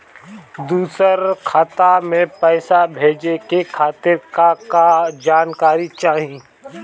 दूसर खाता में पईसा भेजे के खातिर का का जानकारी चाहि?